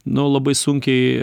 nu labai sunkiai